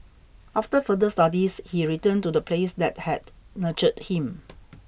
after further studies he returned to the place that had nurtured him